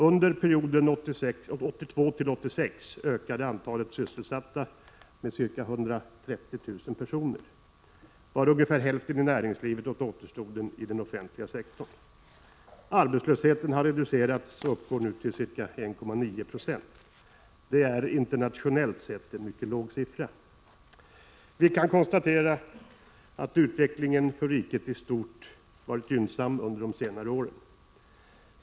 Under perioden 1982-1986 ökade antalet sysselsatta med ca 130 000 personer, varav ungefär hälften i näringslivet och återstoden i den offentliga sektorn. Arbetslösheten har reducerats och uppgår nu till ca 1,9 20. Det är en internationellt sett mycket låg siffra. Vi kan således konstatera att utvecklingen för riket i stort varit gynnsam under senare år.